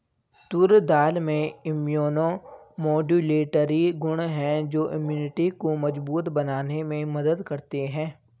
तूर दाल में immunomodulatory गुण हैं जो इम्यूनिटी को मजबूत बनाने में मदद करते है